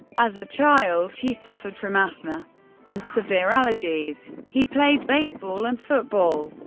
as a child, he suffered from asthma and severe allergies. he played baseball and football.